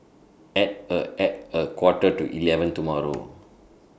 At A At A Quarter to eleven tomorrow